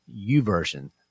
uversion